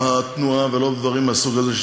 התנועה ולא בדברים מהסוג הזה,